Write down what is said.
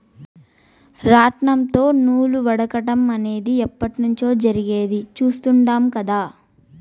రాట్నంతో నూలు వడకటం అనేది ఎప్పట్నుంచో జరిగేది చుస్తాండం కదా